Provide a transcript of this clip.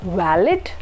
valid